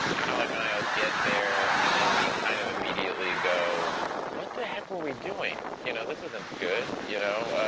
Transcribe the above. alec and i'll get there, and then we kind of immediately go what the heck were we doing? you know, this isn't good, you know?